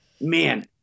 man